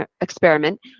experiment